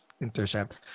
intercept